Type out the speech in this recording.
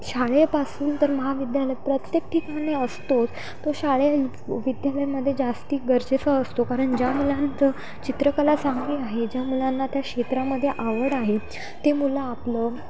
शाळेपासून तर महाविद्यालय प्रत्येक ठिकाणी असतो तो शाळे विद्यालयामध्ये जास्ती गरजेचं असतो कारण ज्या मुलांचं चित्रकला चांगली आहे ज्या मुलांना त्या क्षेत्रामध्ये आवड आहे ते मुलं आपलं